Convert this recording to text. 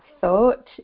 thought